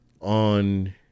on